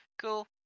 Cool